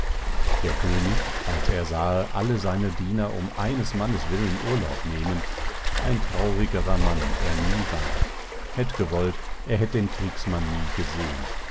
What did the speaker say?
der könig als er sahe alle seine diener um eines mannes willen urlaub nehmen ein traurigerer mann er nie ward hät gewollt er hätt den kriegsmann nie gesehen